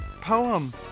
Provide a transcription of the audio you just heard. poem